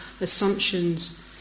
assumptions